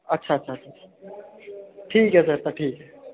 अच्छा अच्छा अच्छा ठीक ऐ सर तां ठीक ऐ